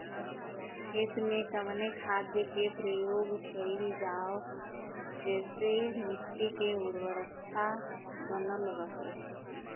खेत में कवने खाद्य के प्रयोग कइल जाव जेसे मिट्टी के उर्वरता बनल रहे?